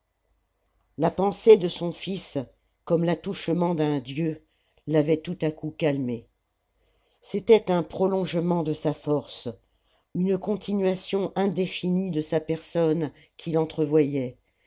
la pensée de son fils comme l'attouchement d'un dieu l'avait tout à coup calmé c'était un prolongement de sa force une continuation indéfinie de sa personne qu'il entrevoyait